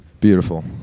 Beautiful